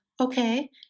okay